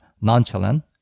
nonchalant